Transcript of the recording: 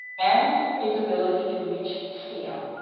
and its ability to reach scale.